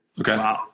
Okay